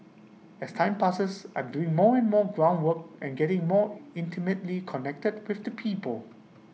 as time passes I'm doing more and more ground work and getting more intimately connected with the people